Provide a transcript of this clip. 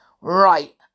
Right